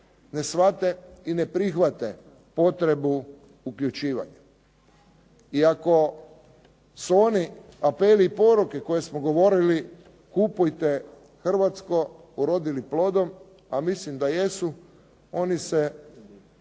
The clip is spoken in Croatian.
ne shvate i ne prihvate potrebu uključivanja. I ako su oni apeli i poruke koje smo govorili, kupujte hrvatsko urodili plodom a mislim da jesu, oni se